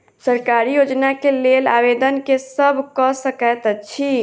सरकारी योजना केँ लेल आवेदन केँ सब कऽ सकैत अछि?